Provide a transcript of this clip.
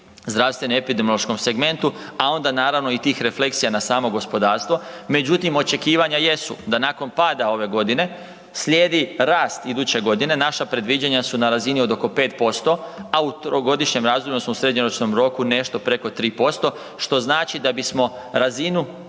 zdravstveno epidemiološkom segmentu, a onda naravno i tih refleksija na samo gospodarstvo, međutim očekivanja jesu da nakon pada ove godine slijedi rast iduće godine, naša predviđanja su na razini od oko 5%, a u trogodišnjem razdoblju odnosno u srednjoročnom roku nešto preko 3% što znači da bismo razinu